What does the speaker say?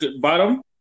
bottom